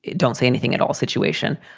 don't say anything at all situation.